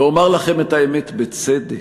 ואומר לכם את האמת: בצדק,